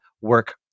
work